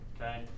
okay